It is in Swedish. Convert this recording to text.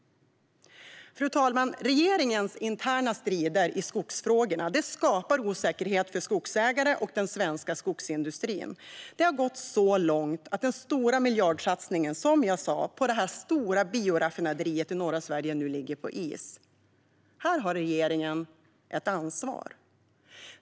Fru talman! Regeringens interna strider i skogsfrågorna skapar osäkerhet för skogsägare och för den svenska skogsindustrin. Det har, som jag sa, gått så långt att den stora miljardsatsningen på ett bioraffinaderi i norra Sverige nu ligger på is. Här har regeringen ett ansvar.